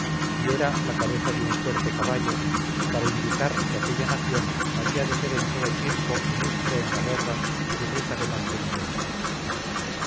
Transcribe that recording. y era la cabeza de un fuerte caballo para indicar que aquella nación había de ser en todo tiempo ilustre en la guerra y rica de mantenimientos